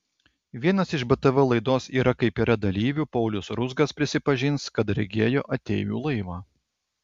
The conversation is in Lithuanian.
vienas iš btv laidos yra kaip yra dalyvių paulius ruzgas prisipažins kad regėjo ateivių laivą